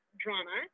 drama